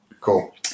Cool